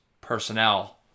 personnel